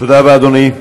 תודה רבה, אדוני.